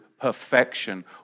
perfection